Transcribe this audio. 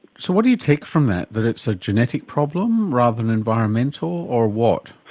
so what do you take from that, that it's a genetic problem rather than environmental or what?